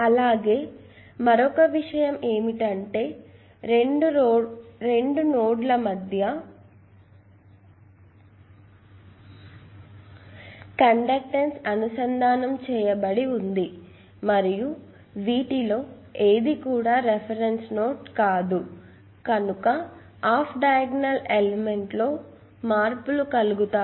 అలాగే మరో మరో విషయం ఏమిటంటే రెండు నోడ్ల మధ్య కండక్టెన్స్ అనుసంధానం చేయబడి ఉంది మరియు వీటిలో ఏది కుడా రిఫరెన్స్ నోడ్ కాదు కనుక ఆఫ్ డయాగోనల్ ఎలెమెంట్స్ లో మార్పులు కలుగుతాయి